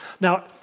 Now